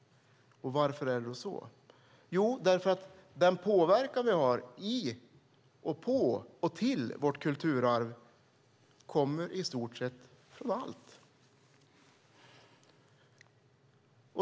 Och varför är det så? Jo, den påverkan vi har i, på och till vårt kulturarv kommer i stort sett från allt.